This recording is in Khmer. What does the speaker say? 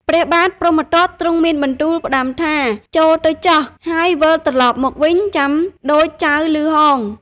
ព្រះបាទព្រហ្មទត្តទ្រង់មានបន្ទូលផ្តាំថា ចូរទៅចុះហើយវិលត្រឡប់មកចាំដូចចៅឮហោង។